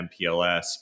MPLS